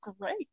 great